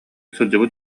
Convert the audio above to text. сылдьыбыт